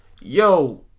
yo